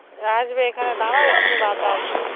আসবে এখানে দাঁড় এক্ষুনি বাস আসবে